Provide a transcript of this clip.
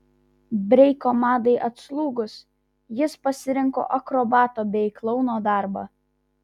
breiko madai atslūgus jis pasirinko akrobato bei klouno darbą